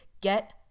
Get